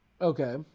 Okay